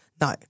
no